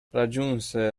raggiunse